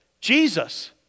Jesus